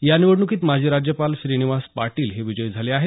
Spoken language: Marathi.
या निवडणुकीत माजी राज्यपाल श्रीनिवास पाटील हे विजयी झाले आहेत